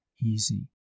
easy